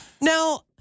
Now